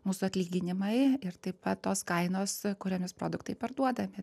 mūsų atlyginimai ir taip pat tos kainos kuriomis produktai parduodami